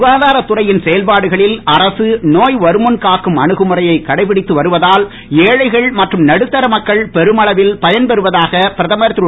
சுகாதாரத்துறையின் செயல்பாடுகளில் அரசு நோய் வருமுன் காக்கும் அனுகுமுறையை கடைபிடித்து வருவதால் ஏழைகள் மற்றும் நடுத்தர மக்கள் பெருமளவில் பயன்பெறுவாதாக பிரதமர் திரு